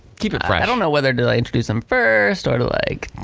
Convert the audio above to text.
keep it fresh. i don't know whether do i introduce him first or to like.